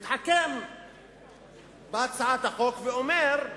הוא מתחכם בהצעת החוק ואומר,